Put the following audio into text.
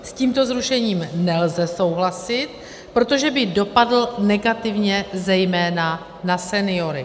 S tímto zrušením nelze souhlasit, protože by dopadl negativně zejména na seniory.